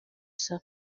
saa